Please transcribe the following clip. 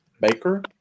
Baker